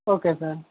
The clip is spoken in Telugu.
okay sir